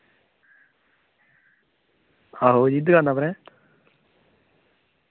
आहो जी दुकाना पर ऐं